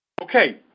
Okay